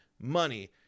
money